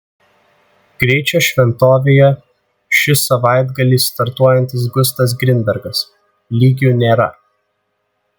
greičio šventovėje ši savaitgalį startuojantis gustas grinbergas lygių nėra